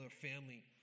family